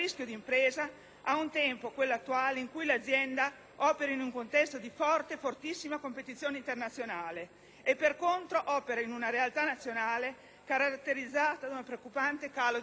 a un tempo, quello attuale, in cui l'azienda opera in un contesto di fortissima competizione internazionale e, per contro, in una realtà nazionale caratterizzata da un preoccupante calo dei consumi.